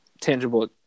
tangible